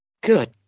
Good